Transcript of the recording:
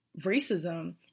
racism